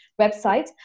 websites